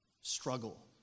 struggle